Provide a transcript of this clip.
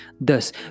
Thus